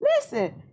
Listen